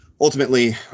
ultimately